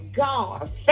God